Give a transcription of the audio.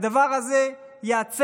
הדבר הזה ייעצר.